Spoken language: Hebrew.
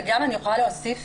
אני יכולה להוסיף